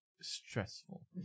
stressful